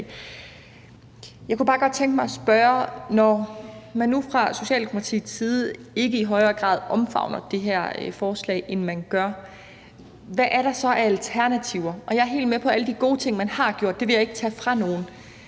Jeg kunne bare godt tænke mig at spørge, når man nu fra Socialdemokratiets side ikke i højere grad omfavner det her forslag, end man gør, hvad der så er af alternativer, og jeg er helt med på alle de gode ting, man har gjort, og det vil jeg ikke tage fra nogen.